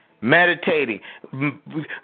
meditating